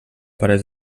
pares